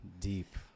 deep